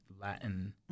Latin